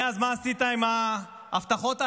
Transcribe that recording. מאז, מה עשית עם ההבטחות הללו?